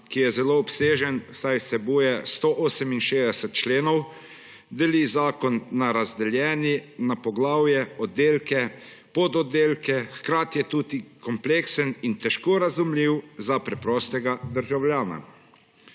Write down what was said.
ki je zelo obsežen, saj vsebuje 168 členov, deli zakona so razdeljeni na poglavja, oddelke, pododdelke, hkrati je tudi kompleksen in težko razumljiv za preprostega državljana.